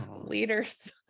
leaders